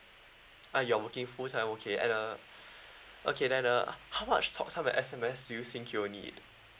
ah you are working full time okay and uh okay then uh how much talk time and S_M_S do you think you will need